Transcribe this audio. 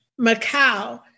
Macau